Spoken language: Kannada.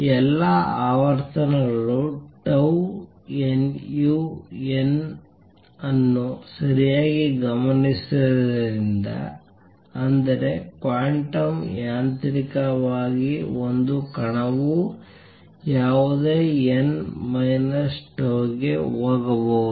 ಎಲ್ಲಾ ಆವರ್ತನಗಳು ಟೌ nu n ಅನ್ನು ಸರಿಯಾಗಿ ಗಮನಿಸಿರುವುದರಿಂದ ಅಂದರೆ ಕ್ವಾಂಟಮ್ ಯಾಂತ್ರಿಕವಾಗಿ ಒಂದು ಕಣವು ಯಾವುದೇ n ಮೈನಸ್ ಟೌಗೆ ಹೋಗಬಹುದು